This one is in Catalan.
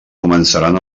començaran